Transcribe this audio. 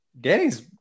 Danny's